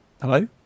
Hello